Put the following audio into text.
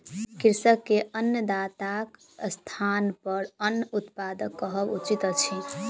कृषक के अन्नदाताक स्थानपर अन्न उत्पादक कहब उचित अछि